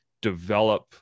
develop